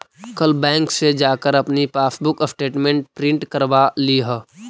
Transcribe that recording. कल बैंक से जाकर अपनी पासबुक स्टेटमेंट प्रिन्ट करवा लियह